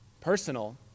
personal